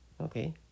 Okay